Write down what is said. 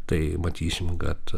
tai matysim kad